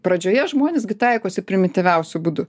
pradžioje žmuonės gi taikosi primityviausiu būdu